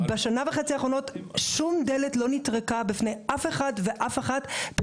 בשנה וחצי האחרונות שום דלת לא נטרקה בפני אף אחד ואף אחת.